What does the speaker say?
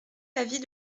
l’avis